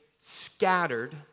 scattered